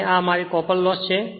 અને આ મારી કોપર લોસ છે